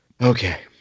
Okay